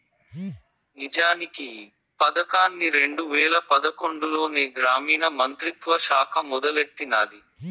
నిజానికి ఈ పదకాన్ని రెండు వేల పదకొండులోనే గ్రామీణ మంత్రిత్వ శాఖ మొదలెట్టినాది